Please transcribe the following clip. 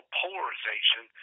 polarization